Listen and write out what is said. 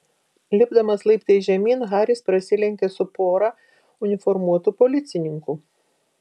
lipdamas laiptais žemyn haris prasilenkė su pora uniformuotų policininkų